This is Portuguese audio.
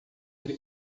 ele